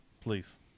Please